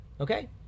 Okay